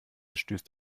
stößt